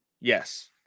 Yes